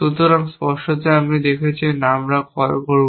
সুতরাং স্পষ্টতই আপনি দেখেছেন আমরা যখন কল করব